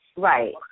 Right